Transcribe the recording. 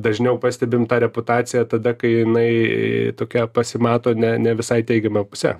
dažniau pastebim tą reputaciją tada kai jinai tokia pasimato ne ne visai teigiama puse